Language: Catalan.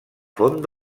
font